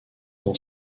dont